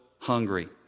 hungry